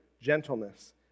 gentleness